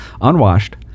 unwashed